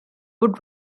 would